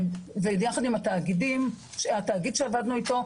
אז ביחד עם התאגיד שעבדנו איתו,